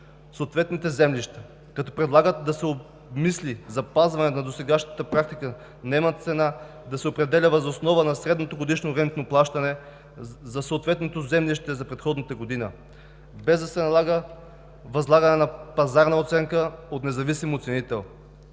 съответните землища, като предлага да се обмисли запазването на досегашната практика наемната цена да се определя въз основа на средното годишно рентно плащане за съответното землище за предходната година, без да се налага възлагане на пазарна оценка от независим оценител.